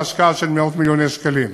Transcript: בהשקעה של מאות מיליוני שקלים.